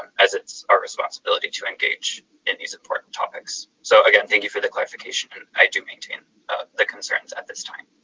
um as it's our responsibility to engage in these important topics. so again, thank you for the clarification. i do maintain the concerns at this time.